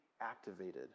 activated